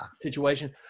situation